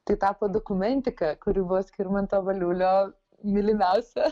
tai tapo dokumentika kuri buvo skirmanto valiulio mylimiausia